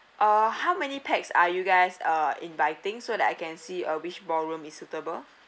uh how many pax are you guys uh inviting so that I can see uh which ballroom is suitable